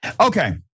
Okay